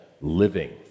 living